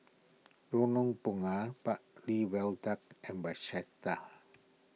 Lorong Bunga Bartley Viaduct and